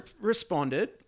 responded